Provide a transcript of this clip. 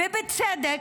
ובצדק.